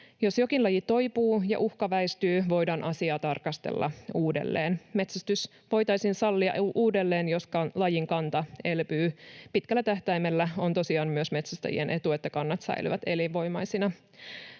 Jos jokin laji toipuu ja uhka väistyy, voidaan asiaa tarkastella uudelleen. Metsästys voitaisiin sallia uudelleen, jos lajin kanta elpyy. Pitkällä tähtäimellä on tosiaan myös metsästäjien etu, että kannat säilyvät elinvoimaisina.